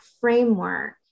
framework